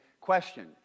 question